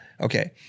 Okay